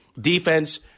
Defense